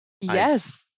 Yes